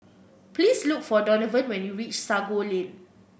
please look for Donavan when you reach Sago Lane